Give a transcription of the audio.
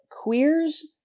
queers